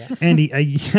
Andy